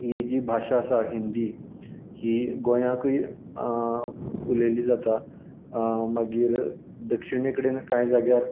हें जी भाशा आसा हिंदी ही गोंयाकूय उलयली जाता मागीर दक्षिणे कडेन कांय जाग्यार